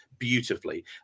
Beautifully